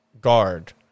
guard